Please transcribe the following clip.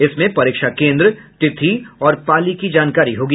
इसमें परीक्षा केन्द्र तिथि और पाली की जानकारी होगी